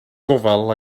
gofal